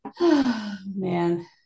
man